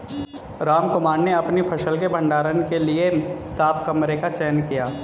रामकुमार ने अपनी फसल के भंडारण के लिए साफ कमरे का चयन किया